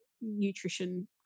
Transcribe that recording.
nutrition